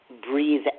breathe